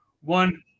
one